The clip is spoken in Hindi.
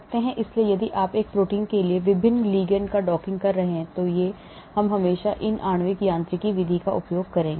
इसलिए यदि आप एक प्रोटीन के लिए विभिन्न लिगंड का डॉकिंग कर रहे हैं तो हम हमेशा इन आणविक यांत्रिकी विधि का उपयोग करते हैं